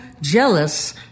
jealous